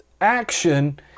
action